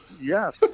Yes